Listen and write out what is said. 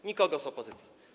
Z nikogo z opozycji.